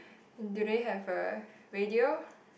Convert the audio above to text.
do they have uh radio